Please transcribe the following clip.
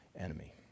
enemy